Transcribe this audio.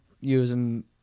using